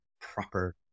proper